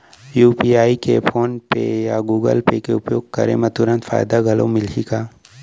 UPI के PhonePe या Google Pay के उपयोग करे म तुरंत फायदा घलो मिलही का?